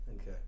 Okay